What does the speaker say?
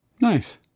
Nice